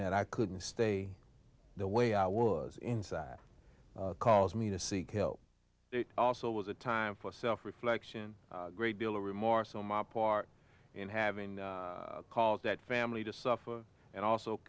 that i couldn't stay the way i was inside cause me to seek help it also was a time for self reflection great deal of remorse on my part in having called that family to suffer and also